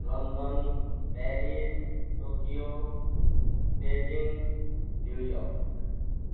London Paris Tokyo Beijing New York